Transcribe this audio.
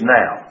now